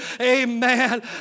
Amen